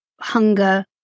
hunger